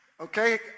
Okay